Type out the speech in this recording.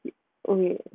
okay